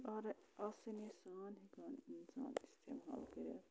آرا آسٲنی سان ہٮ۪کان اِنسان اِستعمال کٔرِتھ